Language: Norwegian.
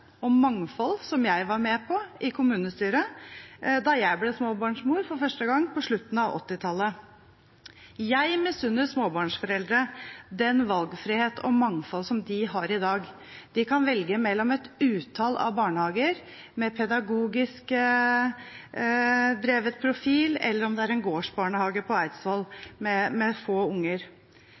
mangfold som jeg var med på i kommunestyret da jeg ble småbarnsmor for første gang på slutten av 1980-tallet. Jeg misunner småbarnsforeldre den valgfriheten og det mangfoldet som de har i dag. De kan velge mellom et utall barnehager med pedagogisk drevet profil, eller det kan være en gårdsbarnehage på Eidsvoll med få unger.